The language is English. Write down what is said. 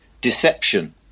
deception